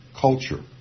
culture